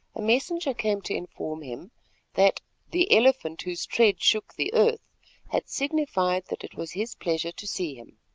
a messenger came to inform him that the elephant whose tread shook the earth had signified that it was his pleasure to see him.